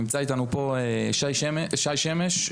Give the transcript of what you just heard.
נמצא איתנו שי שמש,